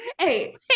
Hey